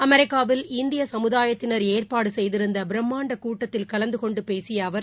அமெரிக்காவில் இந்தியசமுதாயத்தினர் ஏற்பாடுசெய்திருந்தபிரம்மாண்டகூட்டத்தில் கலந்துகொண்டுபேசிய அவர்